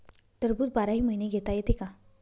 टरबूज बाराही महिने घेता येते का?